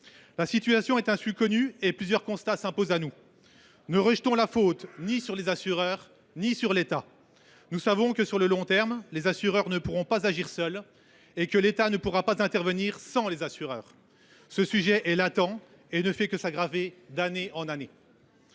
La situation est connue et plusieurs constats s’imposent à nous. Ne rejetons la faute ni sur les assureurs ni sur l’État. Nous savons que, sur le long terme, les assureurs ne pourront pas agir seuls et que l’État ne pourra pas intervenir sans les assureurs. Ce sujet est latent et ne fait que s’aggraver d’année en année.